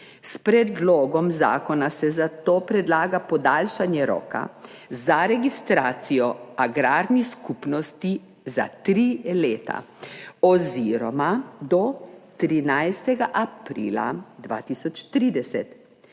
S predlogom zakona se zato predlaga podaljšanje roka za registracijo agrarnih skupnosti za tri leta oziroma do 13. aprila 2030.